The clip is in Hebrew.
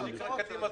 מה אתם מפחדים?